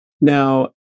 Now